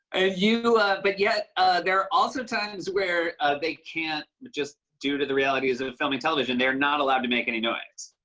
you but yet there are also times where they can't just due to the realities of filming television, they're not allowed to make any noise.